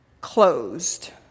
closed